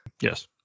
Yes